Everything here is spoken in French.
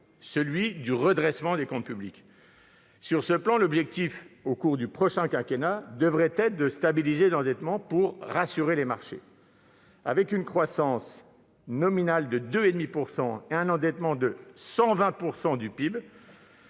celui du redressement des comptes publics. Sur ce plan, l'objectif du prochain quinquennat devrait être de stabiliser l'endettement pour rassurer les marchés. Avec une croissance nominale de 2,5 % et un endettement de 120 % du PIB,